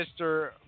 Mr